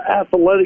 athletic